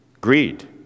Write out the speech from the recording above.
Greed